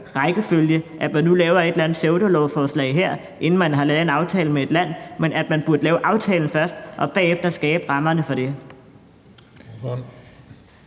rækkefølge, at man nu her laver et eller andet pseudolovforslag, inden man har lavet en aftale med et land, og at man burde lave aftalen først og bagefter skabe rammerne for det.